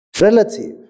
relative